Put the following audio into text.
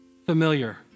Familiar